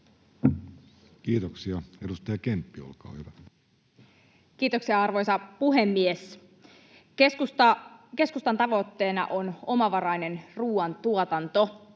Kiitoksia. — Edustaja Kemppi, olkaa hyvä. Kiitoksia, arvoisa puhemies! Keskustan tavoitteena on omavarainen ruoantuotanto